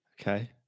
Okay